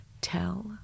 Tell